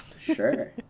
Sure